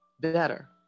better